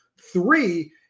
Three